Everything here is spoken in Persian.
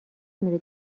میره